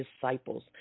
disciples